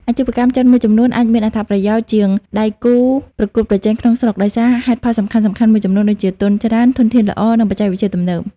អាជីវកម្មចិនមួយចំនួនអាចមានអត្ថប្រយោជន៍ជាងដៃគូប្រកួតប្រជែងក្នុងស្រុកដោយសារហេតុផលសំខាន់ៗមួយចំនួនដូចជា ទុនច្រើន ធនធានល្អ និងបច្ចេកវិទ្យាទំនើប។